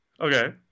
Okay